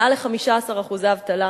מעל ל-15% אבטלה